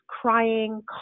crying